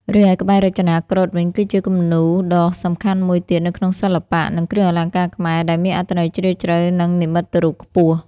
រីឯ ក្បាច់រចនាគ្រុឌវិញ គឺជាគំនូរដ៏សំខាន់មួយទៀតនៅក្នុងសិល្បៈ និងគ្រឿងអលង្ការខ្មែរ ដែលមានអត្ថន័យជ្រាលជ្រៅ និងនិមិត្តរូបខ្ពស់។